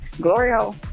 Gloria